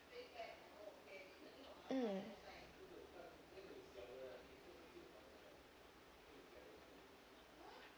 mm